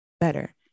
better